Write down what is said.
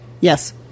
Yes